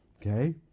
okay